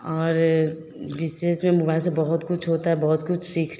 और विशेष में मोबाइल से बहुत कुछ होता है बहुत कुछ सीख